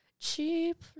Cheap